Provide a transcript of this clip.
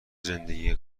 زندگی